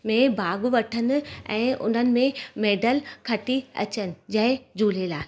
भाॻु वठनि ऐं उन्हनि में मेडल खटी अचनि जय झूलेलाल